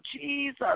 Jesus